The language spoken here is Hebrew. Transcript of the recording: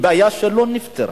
היא בעיה שלא נפתרה.